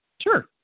Sure